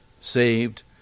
saved